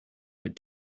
but